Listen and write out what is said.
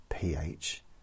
PH